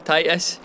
Titus